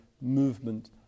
movement